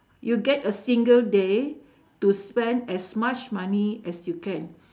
you get a single day to spend as much money as you can